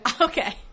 Okay